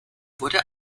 wurde